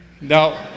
No